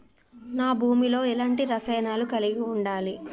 నా భూమి లో ఎలాంటి రసాయనాలను కలిగి ఉండాలి?